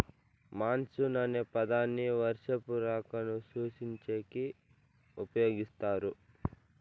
monsoon అనే పదాన్ని వర్షపు రాకను సూచించేకి ఉపయోగిస్తారు